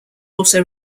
also